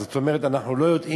זאת אומרת, אנחנו לא יודעים